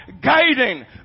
guiding